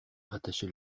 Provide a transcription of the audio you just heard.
rattachait